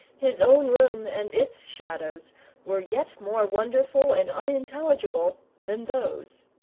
his own room and its shadows were yet more wonderful and unintelligible than those.